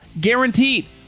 Guaranteed